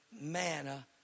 manna